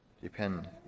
depend